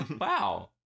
Wow